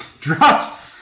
dropped